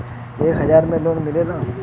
एक हजार के लोन मिलेला?